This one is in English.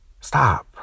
Stop